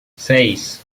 seis